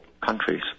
countries